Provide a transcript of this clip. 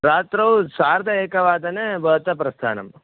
रात्रौ सार्धः एकवादने भवतः प्रस्थानम्